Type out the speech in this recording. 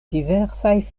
diversaj